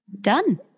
done